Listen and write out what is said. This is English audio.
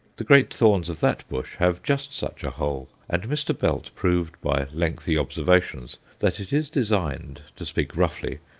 the great thorns of that bush have just such a hole, and mr. belt proved by lengthy observations that it is designed, to speak roughly,